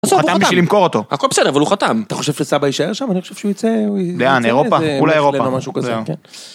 הוא חתם בשביל למכור אותו. הכל בסדר, אבל הוא חתם. אתה חושב שסבע יישאר שם? אני חושב שהוא יצא... לאן? אירופה? אולי אירופה.